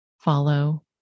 follow